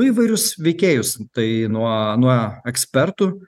įvairius veikėjus tai nuo nuo ekspertų